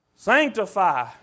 Sanctify